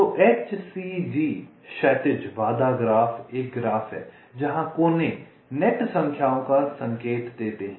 तो HCG क्षैतिज बाधा ग्राफ एक ग्राफ है जहां कोने नेट संख्याओं का संकेत देते हैं